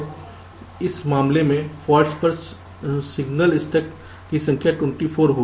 तो इस मामले में फॉल्ट्स पर सिंगल स्टक की संख्या 24 होगी